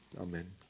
Amen